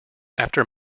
after